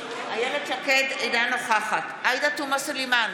אינה נוכחת עאידה תומא סלימאן,